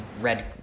red